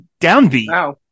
downbeat